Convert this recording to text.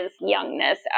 youngness